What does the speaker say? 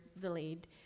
delayed